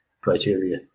criteria